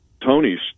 Tony's